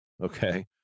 Okay